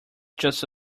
just